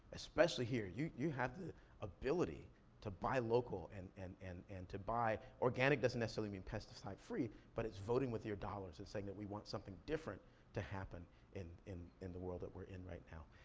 especially here. you you have the ability to buy local and and and and to buy, organic doesn't necessarily mean pesticide-free, but it's voting with your dollars and saying that we want something different to happen in in the world that we're in right now.